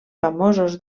famosos